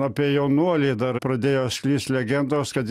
apie jaunuolį dar pradėjo sklist legendos kad